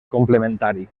complementari